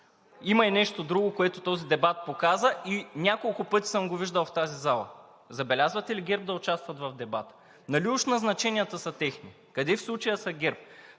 има и нещо друго, което този дебат показа, и няколко пъти съм го виждал в тази зала. Забелязвате ли ГЕРБ да участват в дебата? Нали уж назначенията са техни? Къде в случая са ГЕРБ?